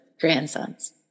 grandsons